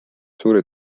suure